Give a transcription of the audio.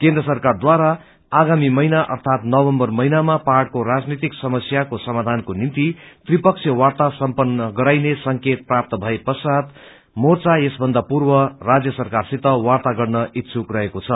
केन्द्र सरकारद्वारा आगामी महिना अर्थात नवम्बर महिनामा पाहाङको राजनैतिक समयाको सामाधानको निम्ति त्रिपक्षीय वाार्ता समपन्न गराइने संकेत प्राप्त भए ष्रचातमोर्चा यसभन्दापूर्व राज्य सरकारसित वार्तागर्न इच्छुक रहेको छ